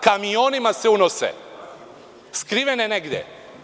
Kamionima se unose, skrivene negde.